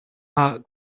heart